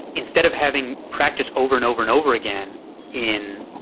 instead of having practice over and over and over again in,